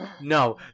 no